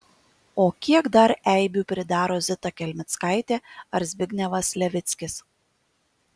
o kiek dar eibių pridaro zita kelmickaitė ar zbignevas levickis